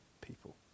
people